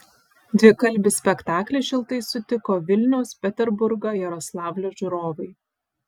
dvikalbį spektaklį šiltai sutiko vilniaus peterburgo jaroslavlio žiūrovai